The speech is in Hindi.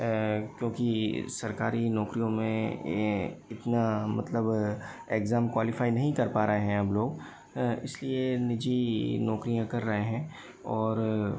क्योंकि सरकारी नौकरियों में इतना मतलब एग्जाम क़्वालीफाई नहीं कर पा रहे हैं अब लोग इसलिए निजी नौकरियाँ कर रहे हैं और